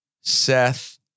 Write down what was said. Seth